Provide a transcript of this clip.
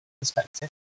perspective